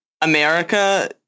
America